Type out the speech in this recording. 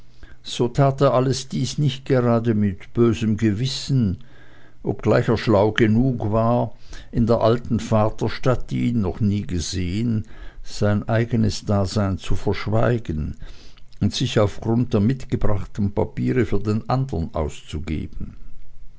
so tat er alles dies nicht gerade mit bösem gewissen obgleich er schlau genug war in der alten vaterstadt die ihn noch nie gesehen sein eigenes dasein zu verschweigen und sich auf grund der mitgebrachten papiere für den andern auszugeben